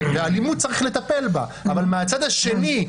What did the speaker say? באלימות צריך לטפל בה אבל מהצד השני,